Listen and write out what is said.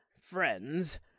friends